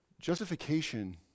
Justification